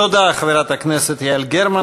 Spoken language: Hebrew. תודה, חברת הכנסת יעל גרמן.